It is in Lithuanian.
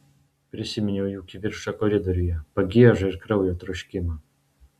prisiminiau jų kivirčą koridoriuje pagiežą ir kraujo troškimą